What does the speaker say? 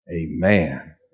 amen